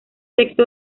texto